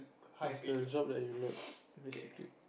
that's the job that you love basically